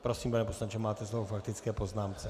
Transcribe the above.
Prosím, pane poslanče, máte slovo k faktické poznámce.